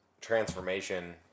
transformation